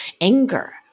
anger